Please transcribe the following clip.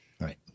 Right